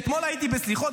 אתמול גם הייתי בסליחות,